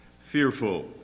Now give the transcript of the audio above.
Fearful